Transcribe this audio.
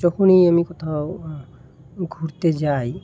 যখনই আমি কোথাও ঘুরতে যাই